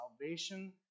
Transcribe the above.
salvation